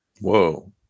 Whoa